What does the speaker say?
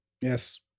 Yes